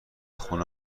خونه